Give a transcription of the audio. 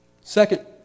Second